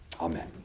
Amen